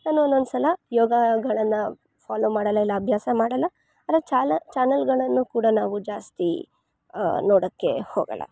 ನಾನು ಒಂದು ಒಂದ್ಸಲ ಯೋಗಗಳನ್ನು ಫಾಲೋ ಮಾಡೋಲ್ಲ ಇಲ್ಲ ಅಭ್ಯಾಸ ಮಾಡೋಲ್ಲ ಚಾಲನ್ ಚಾನಲ್ಗಳನ್ನು ಕೂಡ ನಾವು ಜಾಸ್ತಿ ನೋಡೋಕ್ಕೆ ಹೋಗೋಲ್ಲ